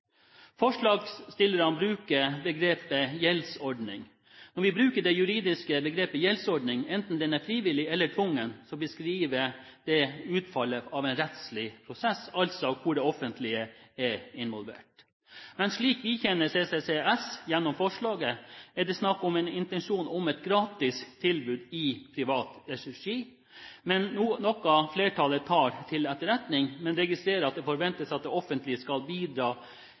Forslagsstillerne bruker begrepet «gjeldsordning». Når vi bruker det juridiske begrepet «gjeldsordning» – enten den er frivillig eller tvungen – beskriver det utfallet av en rettslig prosess, altså hvor det offentlige er involvert. Slik vi kjenner CCCS gjennom forslaget, er det snakk om en intensjon om et gratis tilbud i privat regi, noe flertallet tar til etterretning, men vi registrerer at det forventes at det offentlige skal bidra